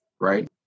right